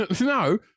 No